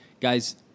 Guys